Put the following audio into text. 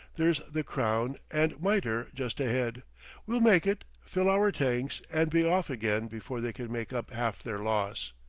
there's the crown and mitre just ahead we'll make it, fill our tanks, and be off again before they can make up half their loss.